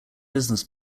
business